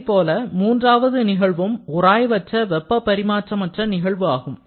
அதை போல மூன்றாவது நிகழ்வும் உராய்வற்ற வெப்பப் பரிமாற்றமற்ற நிகழ்வு ஆகும்